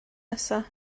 nesaf